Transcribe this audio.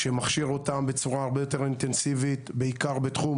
שמכשיר אותם בצורה הרבה יותר אינטנסיבית בעיקר בתחום